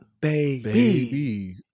Baby